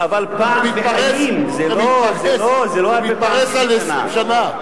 זה מתפרס על 20 שנה.